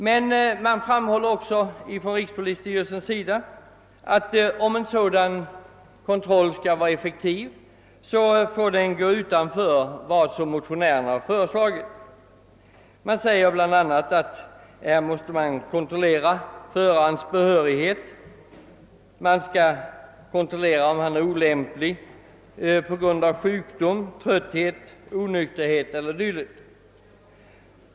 Men man framhåller också att om en sådan kontroll skall bli effektiv måste den omfatta även andra moment än de som motionärerna föreslagit. Man säger bl.a. att man måste kontrollera förares behörighet och att han inte är olämplig på grund av sjukdom, trötthet, onykterhet eller dylikt.